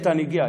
איתן הגיע,